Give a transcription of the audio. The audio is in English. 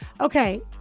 Okay